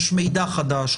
יש מידע חדש,